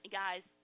guys